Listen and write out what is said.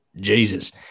Jesus